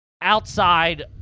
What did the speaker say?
outside